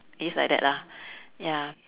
it's like that lah ya